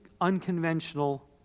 unconventional